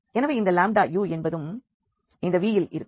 எனவே இந்த u என்பதும் இந்த V இல் இருக்கும்